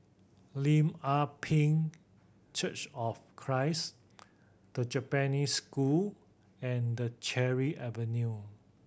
Lim Ah Pin Church of Christ The Japanese School and Cherry Avenue